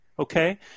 Okay